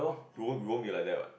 you won't you won't be like that what